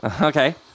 Okay